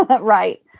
Right